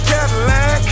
Cadillac